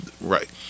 right